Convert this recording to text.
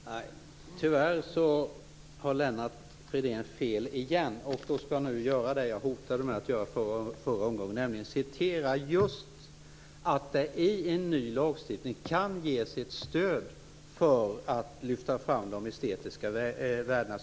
Fru talman! Tyvärr har Lennart Fridén fel igen. Jag skall nu göra det som jag hotade med i den förra repliken, nämligen citera. I en ny lagstiftning kan det ges ett stöd för att lyfta fram de estetiska värdena.